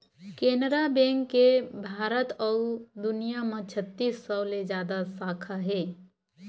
Canara bank के भारत अउ दुनिया म छत्तीस सौ ले जादा साखा हे